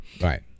Right